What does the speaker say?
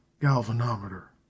galvanometer